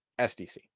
SDC